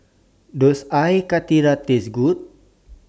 Does Air Karthira Taste Good